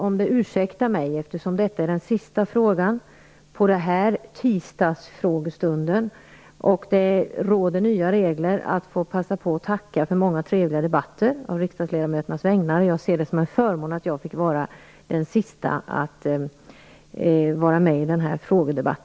Om det ursäktas mig, eftersom detta är den sista frågan i den här typen av tisdagsfrågestund och det härefter råder nya regler, vill jag å riksdagsledamöternas vägnar passa på att tacka för många trevliga debatter. Jag ser det som en förmån att jag fått vara sist i denna frågedebatt.